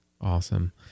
Awesome